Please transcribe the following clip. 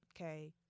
okay